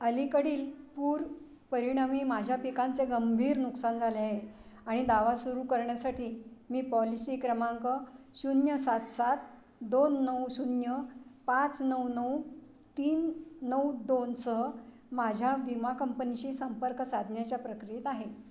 अलीकडील पूर परिणामी माझ्या पिकांचे गंभीर नुकसान झाले आहे आणि दावा सुरू करण्यासाठी मी पॉलिसी क्रमांक शून्य सात सात दोन नऊ शून्य पाच नऊ नऊ तीन नऊ दोन सह माझ्या विमा कंपनीशी संपर्क साधण्याच्या प्रक्रियेत आहे